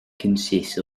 consists